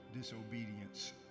disobedience